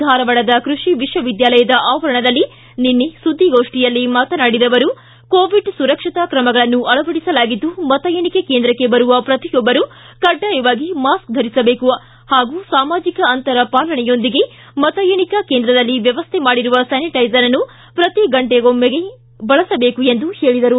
ಧಾರವಾಡ ಕೃಷಿ ವಿಶ್ವವಿದ್ಯಾಲಯದ ಆವರಣದಲ್ಲಿ ನಿನ್ನೆ ಸುದ್ದಿಗೋಷ್ಠಿಯಲ್ಲಿ ಮಾತನಾಡಿದ ಅವರು ಕೋವಿಡ್ ಸುರಕ್ಷತಾ ಕ್ರಮಗಳನ್ನು ಅಳವಡಿಸಲಾಗಿದ್ದು ಮತ ಏಣಿಕೆ ಕೇಂದ್ರಕ್ಷೆ ಬರುವ ಪ್ರತಿಯೊಬ್ಬರು ಕಡ್ಡಾಯಾಗಿ ಮಾಸ್ಕ್ ಧರಿಸಿರಬೇಕು ಹಾಗೂ ಸಾಮಾಜಿಕ ಅಂತರ ಪಾಲನೆಯೊಂದಿಗೆ ಮತ ಏಣಿಕಾ ಕೇಂದ್ರದಲ್ಲಿ ವ್ಯವಸ್ಥ ಮಾಡಿರುವ ಸ್ಥಾನಿಟೈಸರ್ ಅನ್ನು ಪ್ರತಿ ಗಂಟೆಗೊಮ್ಮೆ ಬಳಸಬೇಕು ಎಂದು ಹೇಳಿದರು